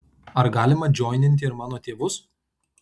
ar galima džoininti ir mano tėvus